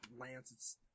Lance